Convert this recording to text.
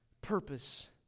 Purpose